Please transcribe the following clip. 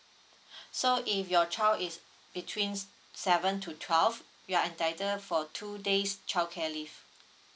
so if your child is between seven to twelve you are entitled for two days childcare leave